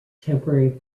temporary